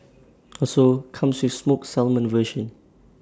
also comes with smoked salmon version